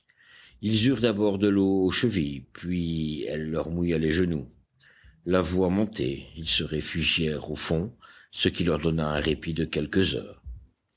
ils eurent d'abord de l'eau aux chevilles puis elle leur mouilla les genoux la voie montait ils se réfugièrent au fond ce qui leur donna un répit de quelques heures